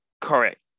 Correct